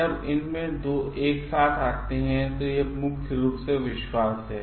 जब उनमें से दो एक साथ आते हैं तो यहमुख्य रूपसे विश्वास है